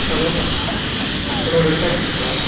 hello hello red டேக்ஸிங்களா